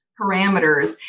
parameters